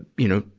you know,